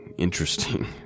Interesting